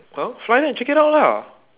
well fly there and check it out lah